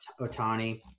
Otani